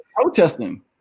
protesting